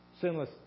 sinless